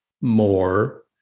more